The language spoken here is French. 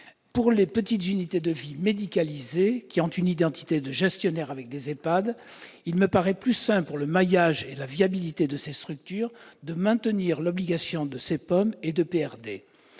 les petites unités de vie médicalisées, qui ont une identité de gestionnaire avec des EHPAD, il me paraît plus sain pour le maillage et la viabilité de ces structures de maintenir l'obligation de CPOM et d'EPRD.